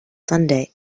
sunday